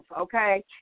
okay